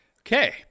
Okay